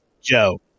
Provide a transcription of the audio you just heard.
Joe